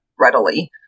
readily